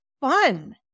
fun